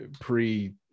pre